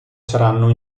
saranno